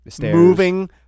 moving